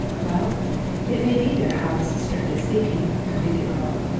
well it may be their house, strictly speaking, agreed the earl,